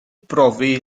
brofi